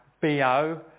BO